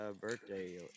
birthday